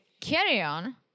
carry-on